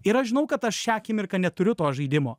ir aš žinau kad aš šią akimirką neturiu to žaidimo